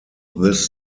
this